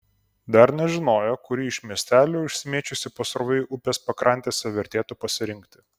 dar nežinojo kurį iš miestelių išsimėčiusių pasroviui upės pakrantėse vertėtų pasirinkti